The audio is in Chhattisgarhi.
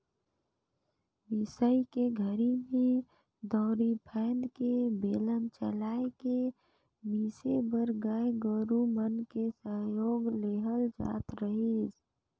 मिसई के घरी में दउंरी फ़ायन्द के बेलन चलाय के मिसे बर गाय गोरु मन के सहयोग लेहल जात रहीस